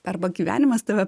arba gyvenimas tave